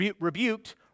rebuked